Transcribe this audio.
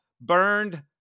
burned